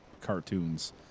cartoons